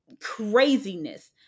craziness